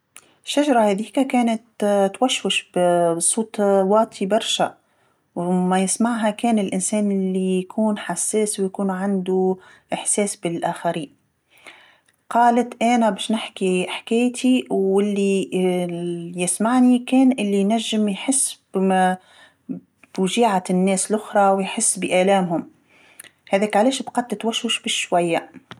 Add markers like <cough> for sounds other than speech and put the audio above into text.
الشجره هاذيكا كانت ت- توشوش بال- الوت واطي برشا، وما يسمعها كان الإنسان اللي يكون حساس ويكون عندو إحساس بالآخرين، عط قالت انا باش نحكي حكايتي واللي <hesitation> يسمعني كان اللي ينجم يحس ب- بوجعية الناس اللخرا ويحس بآلامهم، هذاك علاش بقات تتوشوش بالشويه.